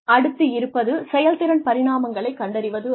அடுத்து இருப்பது செயல்திறன் பரிமாணங்களைக் கண்டறிவதாகும்